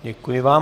Děkuji vám.